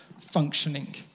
functioning